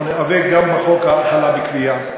אנחנו ניאבק גם בחוק האכלה בכפייה.